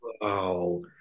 Wow